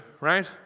right